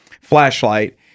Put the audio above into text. flashlight